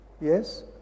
yes